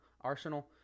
arsenal